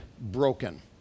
broken